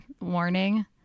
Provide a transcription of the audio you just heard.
warning